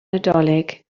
nadolig